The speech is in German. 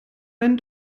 einen